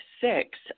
six